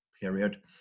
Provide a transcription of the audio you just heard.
period